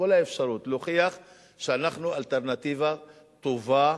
את כל האפשרות להוכיח שאנחנו אלטרנטיבה טובה,